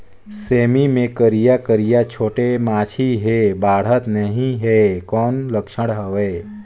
सेमी मे करिया करिया छोटे माछी हे बाढ़त नहीं हे कौन लक्षण हवय?